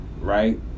right